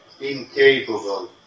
incapable